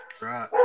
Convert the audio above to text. Right